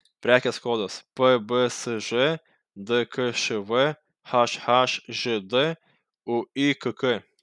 prekės kodas pbsž dkšv hhžd uykk